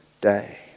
day